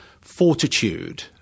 fortitude